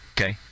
Okay